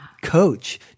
coach